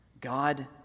God